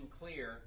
clear